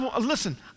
Listen